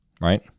right